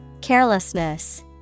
Carelessness